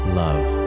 love